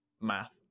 math